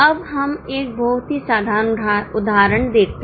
अब हम एक बहुत ही साधारण उदाहरण देखिए